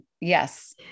Yes